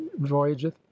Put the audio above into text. voyageth